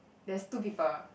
there's two people